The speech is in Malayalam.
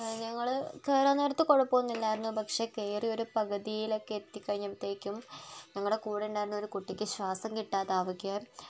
ഞങ്ങൾ കയറാൻ നേരത്ത് കുഴപ്പം ഒന്നും ഇല്ലായിരുന്നു പക്ഷേ കയറി ഒരു പകുതിയിൽ ഒക്കെ എത്തി കഴിഞ്ഞപ്പോഴത്തേക്കും ഞങ്ങളുടെ കൂടെ ഉണ്ടായിരുന്ന ഒരു കുട്ടിക്ക് ശ്വാസം കിട്ടാതെ ആവുകയും